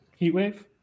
Heatwave